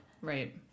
Right